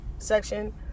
section